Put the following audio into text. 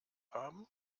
haben